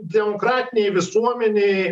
demokratinėj visuomenėj